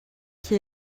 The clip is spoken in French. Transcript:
qui